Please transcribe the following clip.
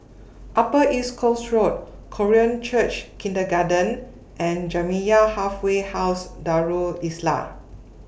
Upper East Coast Road Korean Church Kindergarten and Jamiyah Halfway House Darul Islah